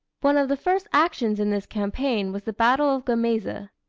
one of the first actions in this campaign was the battle of gemaizeh.